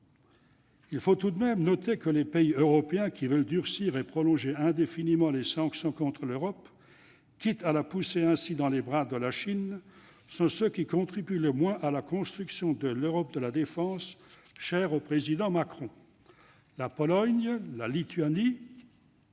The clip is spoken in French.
Il faut tout de même noter que les pays européens qui veulent durcir et prolonger indéfiniment les sanctions contre la Russie, quitte à la pousser ainsi dans les bras de la Chine, sont ceux qui contribuent le moins à la construction de l'Europe de la défense, chère à Emmanuel Macron. La Pologne, la Lituanie